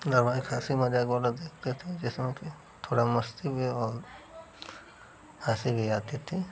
धरवाहिक हँसी मज़ाक वाला देखते थे जिसमें कि थोड़ी मस्ती भी हो और हँसी भी आती थी